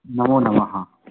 नमो नमः